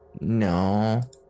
no